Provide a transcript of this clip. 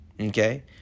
Okay